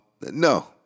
No